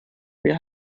wir